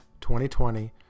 2020